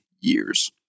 years